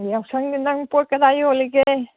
ꯌꯥꯎꯁꯪꯒꯤ ꯅꯪ ꯄꯣꯠ ꯀꯗꯥꯏ ꯌꯣꯜꯂꯤꯒꯦ